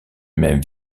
même